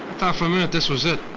thought for a minute, this was it.